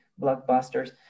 blockbusters